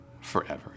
forever